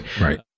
right